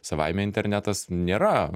savaime internetas nėra